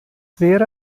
wäre